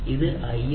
ഇത് ISM 2